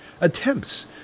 attempts